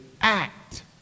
act